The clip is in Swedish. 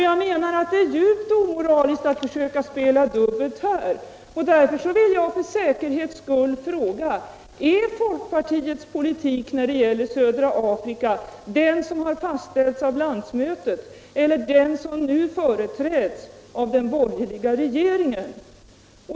Jag menar att det är djupt omoraliskt att här försöka Spela dubbelt. Därför vill jag för säkerhets skull fråga: Är folkpartiets politik när det gäller södra Afrika den som har fastställts av landsmötet eller den som nu företräds av den borgerliga regeringen?